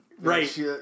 Right